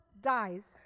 dies